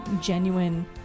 genuine